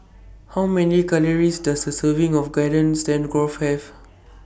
How Many Calories Does A Serving of Garden Stroganoff Have